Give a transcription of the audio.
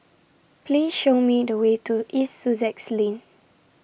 Please Show Me The Way to East Sussex Lane